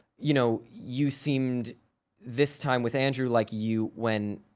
you know you seemed this time with andrew like you when.